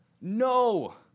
no